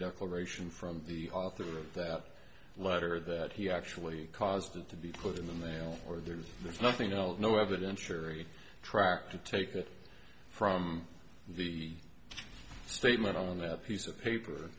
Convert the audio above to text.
declaration from the author of that letter that he actually caused it to be put in the mail or there's nothing else no evidence cherry track to take it from the statement on that piece of paper